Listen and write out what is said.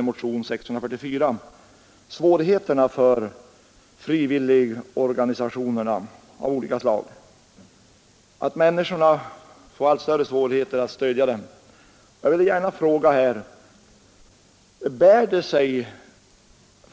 I motionen 644 har vi pekat på att människorna får allt större svårigheter att stödja frivilligorganisationer av olika slag. Jag vill gärna fråga: Bär det sig